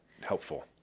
Helpful